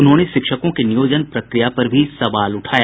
उन्होंने शिक्षकों के नियोजन प्रक्रिया पर भी सवाल उठाया